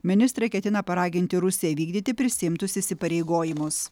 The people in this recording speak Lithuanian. ministrė ketina paraginti rusiją vykdyti prisiimtus įsipareigojimus